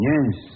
Yes